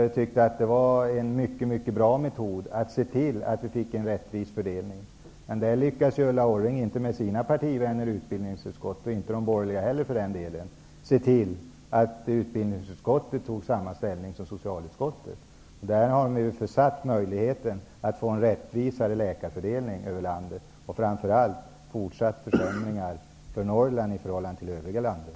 Vi tyckte att det var en mycket bra metod att se till att fördelningen av läkare över hela landet blev mer rättvis. Men Ulla Orring lyckades ju inte övertyga sina partivänner i utbildningsutskottet att ta samma ställning som vi i socialutskottet hade gjort. Därmed är möjligheten att åstadkomma en rättvisare läkarfördelning försatt, och det innebär framför allt fortsatta försämringar för Norrland i förhållande till det övriga landet.